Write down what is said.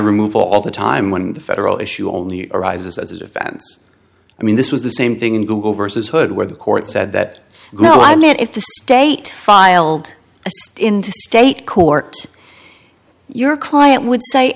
remove all the time when the federal issue only arises as a defense i mean this was the same thing in google versus hood where the court said that go on yet if the state filed a state court your client would say